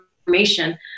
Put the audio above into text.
information